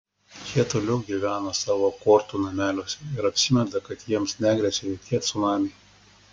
jie toliau gyvena savo kortų nameliuose ir apsimeta kad jiems negresia jokie cunamiai